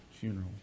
funeral